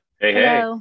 hey